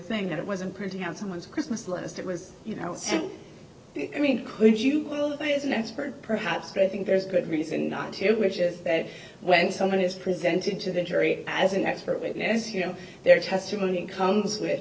thing that it wasn't printing out someone's christmas list it was you know so i mean could you please an expert perhaps but i think there's a good reason not to which is that when someone is presenting to the jury as an expert witness you know their testimony and comes with